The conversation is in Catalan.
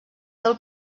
del